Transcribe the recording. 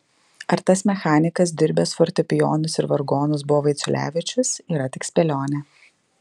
ar tas mechanikas dirbęs fortepijonus ir vargonus buvo vaiciulevičius yra tik spėlionė